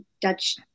Dutch